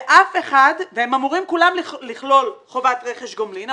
ואף אחד והם אמורים כולם לכלול חובת רכש גומלין.